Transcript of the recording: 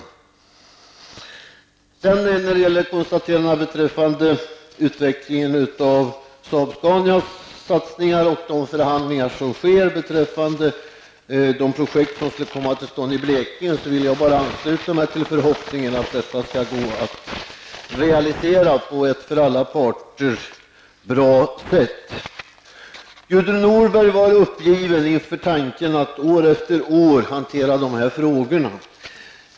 När det gäller konstaterandena om utvecklingen av Saab-Scanias satsningar och de förhandlingar som sker beträffande de projekt som skulle komma till stånd i Blekinge vill jag bara instämma i förhoppningen att projekten skall gå att realisera på ett för alla parter bra sätt. Gudrun Norberg var uppgiven inför tanken att år efter år hantera de här frågorna.